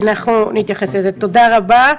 אנחנו נתייחס לזה, תודה רבה.